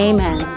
Amen